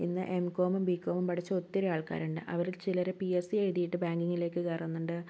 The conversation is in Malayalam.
ഇന്ന് എം കോമും ബി കോമും പഠിച്ച ഒത്തിരി ആൾക്കാരുണ്ട് അവരിൽ ചിലർ പി എസ് സി എഴുതിയിട്ട് ബാങ്കിങിലേക്ക് കയറുന്നുണ്ട്